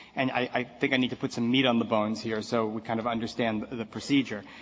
and i i think i need to put some meat on the bones here so we kind of understand the procedure.